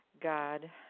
God